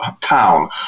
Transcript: town